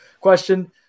Question